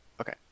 Okay